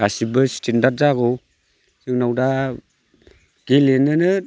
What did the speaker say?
गासैबो स्थेनदार्द जागौ जोंनाव दा गेलेनोनो